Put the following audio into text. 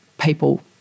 people